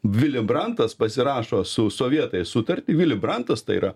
vili brantas pasirašo su sovietais sutartį vili brantas tai yra